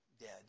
dead